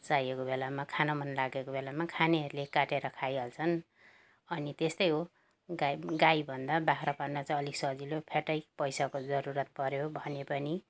चाहिएको बेलामा खान मन लागेको बेलामा खानेहरूले काटेर खाइहाल्छन् अनि त्यस्तै हो गाई गाई भन्दा बाख्रा पाल्न चाहिँ अलिक सजिलो फ्याट्टै पैसाको जरुरत पऱ्यो भने पनि